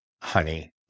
honey